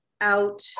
out